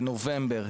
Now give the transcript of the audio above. בנובמבר,